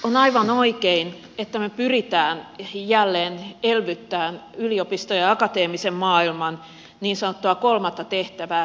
on aivan oikein että me pyrimme jälleen elvyttämään yliopistoja ja akateemisen maailman niin sanottua kolmatta tehtävää